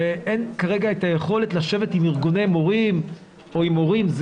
אין כרגע את היכולת לשבת עם ארגוני מורים או עם הורים,